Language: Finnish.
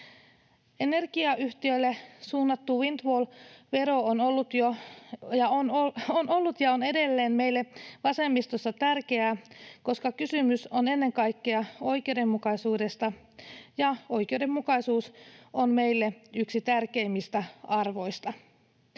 Energiayhtiöille suunnattu windfall-vero on ollut ja on edelleen meille vasemmistossa tärkeä, koska kysymys on ennen kaikkea oikeudenmukaisuudesta ja oikeudenmukaisuus on meille yksi tärkeimmistä arvoista.